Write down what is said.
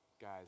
guys